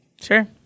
Sure